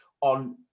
on